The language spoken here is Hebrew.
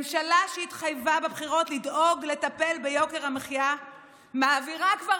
ממשלה שהתחייבה בבחירות לדאוג לטפל ביוקר המחיה מעבירה כבר